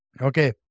Okay